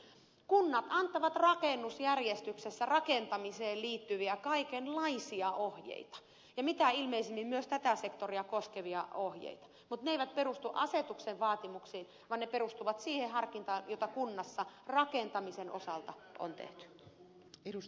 kunnat antavat rakennusjärjestyksessä rakentamiseen liittyviä kaikenlaisia ohjeita ja mitä ilmeisimmin myös tätä sektoria koskevia ohjeita mutta ne eivät perustu asetuksen vaatimuksiin vaan siihen harkintaan jota kunnassa rakentamisen osalta on tehty